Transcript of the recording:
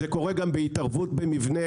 זה קורה גם בהתערבות במבנה,